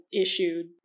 issued